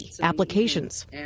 applications